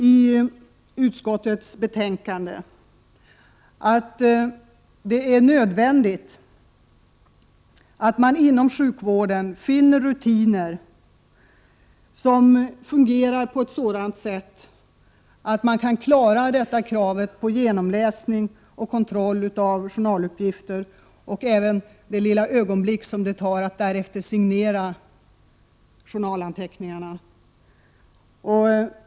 I utskottets betänkande betonar vi att det är nödvändigt att man inom sjukvården finner rutiner som fungerar på ett sådant sätt att man kan klara kravet på genomläsning och kontroll av journaluppgifter och även det lilla ögonblick som det tar att därefter signera journalanteckningarna.